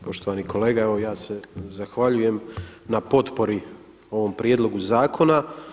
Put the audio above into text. Poštovani kolega evo ja se zahvaljujem na potpori ovog prijedloga zakona.